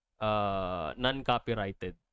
non-copyrighted